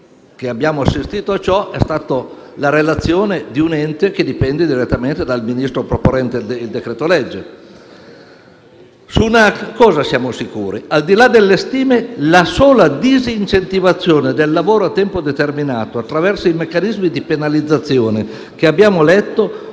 abbiamo assistito a ciò, la relazione è stata fatta da un ente che dipende direttamente dal Ministro proponente il decreto-legge. Di una cosa siamo sicuri. Al di là delle stime, la sola disincentivazione del lavoro a tempo determinato, attraverso i meccanismi di penalizzazione che abbiamo letto,